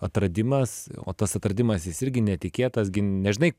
atradimas o tas atradimas jis irgi netikėtas gi nežinai